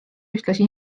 ühtlasi